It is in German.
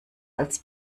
als